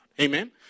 Amen